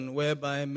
whereby